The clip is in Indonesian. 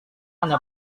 anda